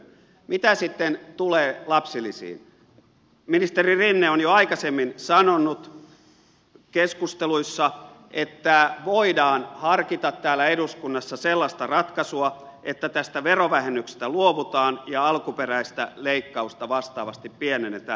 mitä sitten tulee lapsilisiin ministeri rinne on jo aikaisemmin sanonut keskusteluissa että voidaan harkita täällä eduskunnassa sellaista ratkaisua että tästä verovähennyksestä luovutaan ja alkuperäistä leikkausta vastaavasti pienennetään